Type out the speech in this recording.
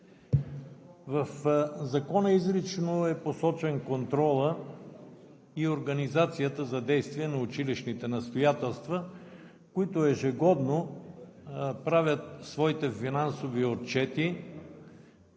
В Закона изрично са посочени контролът и организацията за действие на училищните настоятелства, които ежегодно правят своите финансови отчети,